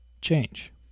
change